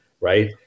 right